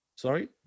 Sorry